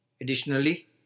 Additionally